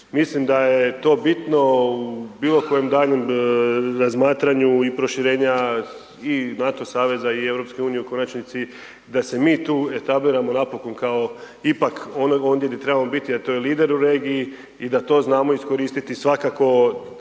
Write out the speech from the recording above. Mislim da je to bitno u bilokojem daljnjem razmatranju i proširenja i NATO saveza i EU, u konačnici da se mi tu etabliramo napokon kao ipak, ondje gdje trebamo biti, a to je lider u regiji i da to znamo iskoristiti svakako,